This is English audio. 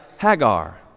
Hagar